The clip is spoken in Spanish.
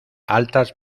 altas